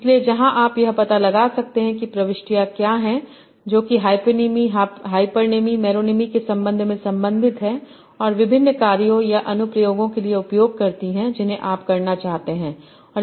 इसलिए जहां आप यह पता लगा सकते हैं कि प्रविष्टियाँ क्या हैं जो कि हइपोनिमि हाइपरनेमी और मेरोनिमी के संबंध से संबंधित हैं और विभिन्न कार्यों या अनुप्रयोग के लिए उपयोग करती हैं जिन्हें आप करना चाहते हैं